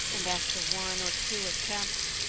and after one or two attempts,